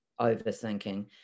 overthinking